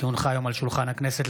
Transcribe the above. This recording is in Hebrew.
כי הונחה היום על שולחן הכנסת,